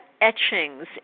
etchings